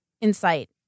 insight